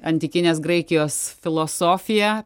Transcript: antikinės graikijos filosofiją